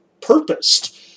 purposed